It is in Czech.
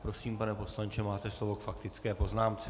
Prosím, pane poslanče, máte slovo k faktické poznámce.